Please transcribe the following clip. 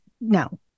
no